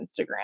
Instagram